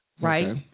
right